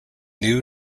new